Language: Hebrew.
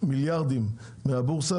מיליארדים מהבורסה,